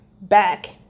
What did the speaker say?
back